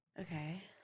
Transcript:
Okay